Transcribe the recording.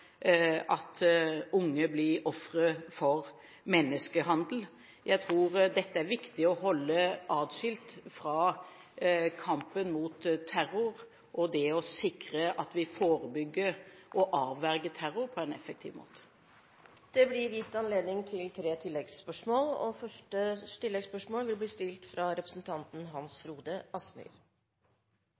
at unge blir ofre for menneskehandel. Jeg tror dette er viktig å holde atskilt fra kampen mot terror og det å sikre at vi forebygger og avverger terror på en effektiv måte. Det blir gitt anledning til tre